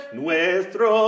nuestro